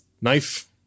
Knife